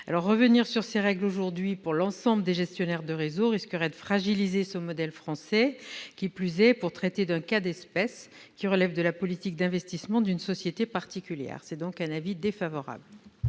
Revenir sur ces règles aujourd'hui pour l'ensemble des gestionnaires de réseaux risquerait de fragiliser ce modèle français, qui plus est pour traiter un cas d'espèce qui relève de la politique d'investissement d'une société particulière. L'avis est défavorable.